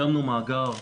הקמנו מאגר,